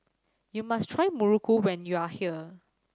you must try Muruku when you are here